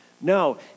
No